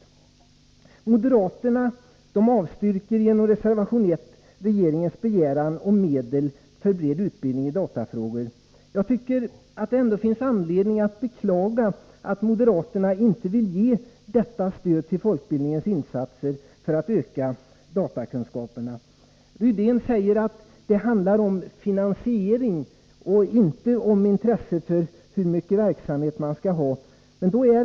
I reservation 1 avstyrker moderaterna regeringens begäran om medel för bred utbildning i datafrågor. Jag tycker det finns anledning att beklaga att moderaterna inte vill ge detta stöd till folkbildningens insatser för att öka datakunskaperna. Rune Rydén säger att det handlar om finansiering och inte om intresse för hur mycket verksamhet som skall bedrivas.